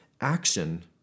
action